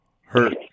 hurt